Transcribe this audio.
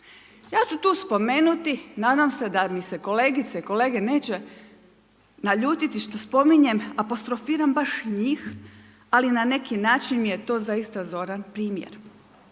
Ja ću tu spomenuti, nadam se da mi se kolegice i kolege neće naljuti što spominjem apostrofiram baš njih ali na neki način mi je to zaista zoran primjer.